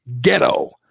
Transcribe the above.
ghetto